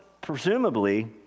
presumably